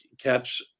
catch